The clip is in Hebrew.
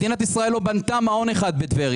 מדינת ישראל לא בנתה מעון אחד בטבריה.